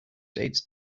dates